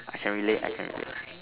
I can relate I can relate